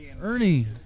Ernie